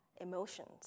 emotions